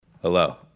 Hello